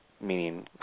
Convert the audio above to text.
meaning